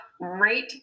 right